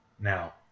Now